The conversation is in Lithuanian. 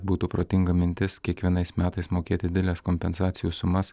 būtų protinga mintis kiekvienais metais mokėti dideles kompensacijų sumas